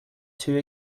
too